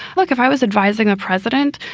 look, if i was advising a president,